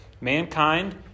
Mankind